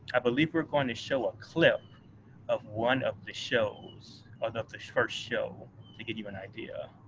i believe we're going to show a clip of one of the shows, and of the first show to give you an idea.